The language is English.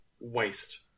Waste